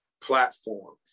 platform